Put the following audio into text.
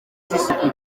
z’isuku